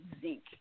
zinc